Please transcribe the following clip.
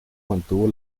mantuvo